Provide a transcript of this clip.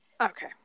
Okay